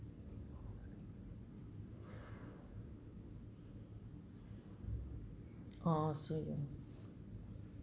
oh sweden